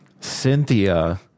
Cynthia